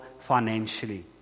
financially